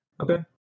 Okay